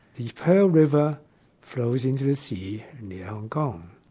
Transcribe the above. the pearl river flows into the sea near hong kong,